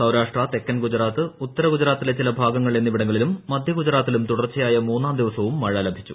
സൌരാഷ്ട്ര തെക്കൻ ഗുജറാത്ത് ഉത്തര ഗുജറാത്തിലെ ചില ഭാഗങ്ങൾ എന്നിവിടങ്ങളിലും മധ്യ ഗുജറാത്തിലും തുടർച്ചയായ മൂന്നാം ദിവസവും മഴ ലഭിച്ചു